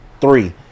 three